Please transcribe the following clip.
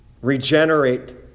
regenerate